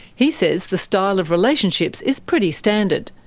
he says the style of relationships is pretty standard,